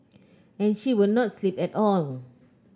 and she would not sleep at on